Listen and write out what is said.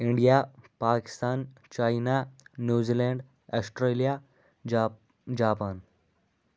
India Pakistan China New Zealand Australia جا Japan